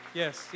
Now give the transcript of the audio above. yes